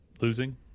losing